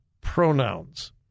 pronouns